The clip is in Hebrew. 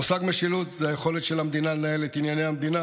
המושג משילות זה היכולת של המדינה לנהל את ענייני המדינה.